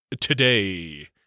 today